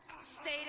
Stay